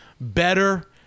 better